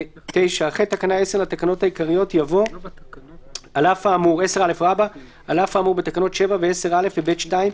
9. אחרי תקנה 10 לתקנות העיקריות יבוא: 10א. על אף האמור בתקנות 7 ו־ 10(א) ו-(ב)(2),